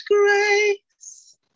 grace